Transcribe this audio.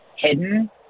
hidden